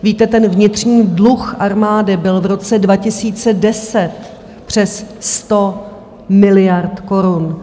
Víte, vnitřní dluh armády byl v roce 2010 přes 100 miliard korun.